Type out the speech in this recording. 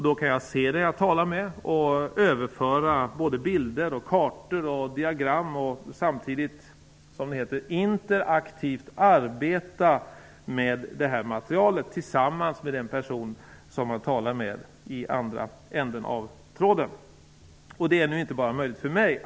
Då kan jag se den jag talar med och överföra bilder, kartor och diagram samtidigt som jag interaktivt arbetar med materialet tillsammans med den person som jag talar med i andra änden av tråden. Detta är inte bara möjligt för mig.